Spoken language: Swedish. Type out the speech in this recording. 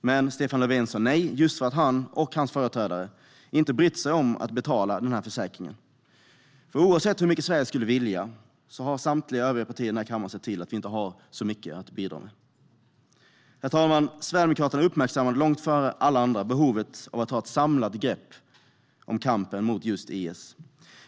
Men Stefan Löfven sa nej eftersom han och hans företrädare inte brytt sig om att betala försäkringen. Oavsett hur mycket Sverige skulle vilja bidra har samtliga övriga partier i den här kammaren sett till att vi inte har så mycket att bidra med. Herr talman! Sverigedemokraterna uppmärksammade långt före alla andra behovet av att ta ett samlat grepp om kampen mot IS.